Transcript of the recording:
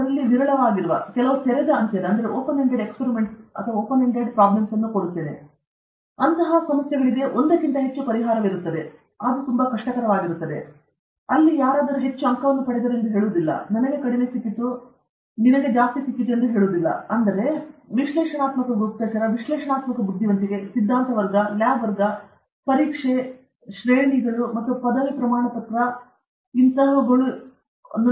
ಇದರಲ್ಲಿ ವಿರಳವಾಗಿ ನಾವು ತೆರೆದ ಅಂತ್ಯದ ಸಮಸ್ಯೆಗಳನ್ನು ನೀಡುತ್ತೇವೆ ಅಲ್ಲಿ ಒಂದಕ್ಕಿಂತ ಹೆಚ್ಚು ಪರಿಹಾರವಿದೆ ನಂತರ ಅದು ಕಷ್ಟವಾಗುತ್ತದೆ ನಂತರ ಯಾರಾದರೂ ಅವರು ಹೆಚ್ಚು ಅಂಕಗಳನ್ನು ಪಡೆದರು ಎಂದು ಹೇಳುವುದಿಲ್ಲ ನನಗೆ ಕಡಿಮೆ ಸಿಕ್ಕಿತು ಸಾಕಷ್ಟು ಸಮಸ್ಯೆಗಳಿವೆ ಸರಿ ಆದ್ದರಿಂದ ಈ ವಿಶ್ಲೇಷಣಾತ್ಮಕ ಗುಪ್ತಚರ ವಿಶ್ಲೇಷಣಾತ್ಮಕ ಬುದ್ಧಿವಂತಿಕೆ ಸಿದ್ಧಾಂತ ವರ್ಗ ಲ್ಯಾಬ್ ವರ್ಗ ಪರೀಕ್ಷೆ ಶ್ರೇಣಿಗಳನ್ನು ಮತ್ತು ಪದವಿ ಪ್ರಮಾಣಪತ್ರ ಸರಿಯಾಗಿದೆ